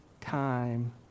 time